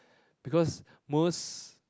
because most